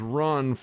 run